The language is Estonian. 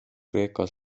kreeka